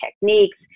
techniques